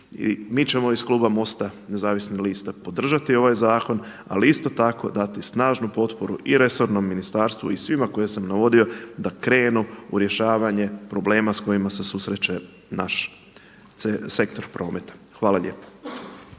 mi ćemo iz Kluba MOST-a Nezavisnih lista podržati ovaj zakon ali isto tako dati snažnu potporu i resornom ministarstvu i svima koje sam navodio da krenu u rješavanje problema s kojima se susreće naš sektor prometa. Hvala lijepo.